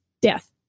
death